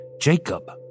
Jacob